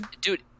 dude